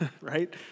right